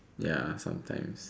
ya sometimes